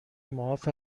معاف